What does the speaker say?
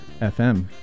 FM